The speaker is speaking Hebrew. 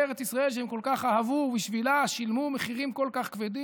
לארץ ישראל שהם כל כך אהבו ובשבילה שילמו מחירים כל כך כבדים.